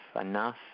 enough